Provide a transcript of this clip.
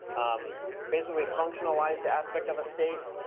um basically, functionalize the aspect of a state,